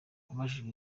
abajijwe